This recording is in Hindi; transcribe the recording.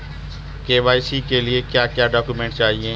के.वाई.सी के लिए क्या क्या डॉक्यूमेंट चाहिए?